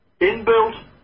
Inbuilt